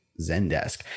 Zendesk